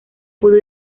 pudo